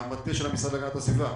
מהמטה של המשרד להגנת הסביבה,